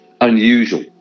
unusual